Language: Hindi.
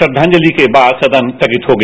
श्रद्वांजलि के बाद सदन स्थगित हो गया